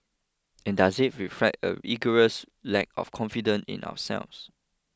and does it reflect an egregious lack of confidence in ourselves